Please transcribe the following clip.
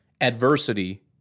adversity